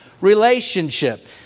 relationship